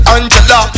Angela